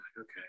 Okay